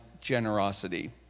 generosity